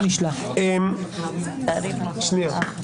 אכן קיבלנו את הזימון,